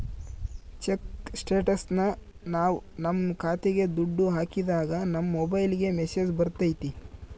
check ಸ್ಟೇಟಸ್ನ ನಾವ್ ನಮ್ ಖಾತೆಗೆ ದುಡ್ಡು ಹಾಕಿದಾಗ ನಮ್ ಮೊಬೈಲ್ಗೆ ಮೆಸ್ಸೇಜ್ ಬರ್ತೈತಿ